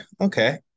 Okay